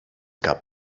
gab